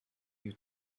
you